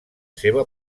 seva